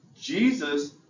Jesus